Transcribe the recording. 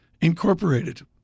Incorporated